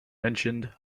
mentioned